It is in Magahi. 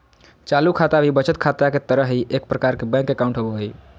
चालू खाता भी बचत खाता के तरह ही एक प्रकार के बैंक अकाउंट होबो हइ